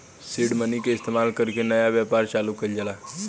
seed money के इस्तमाल कर के नया व्यापार चालू कइल जाला